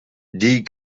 die